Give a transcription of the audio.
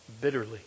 bitterly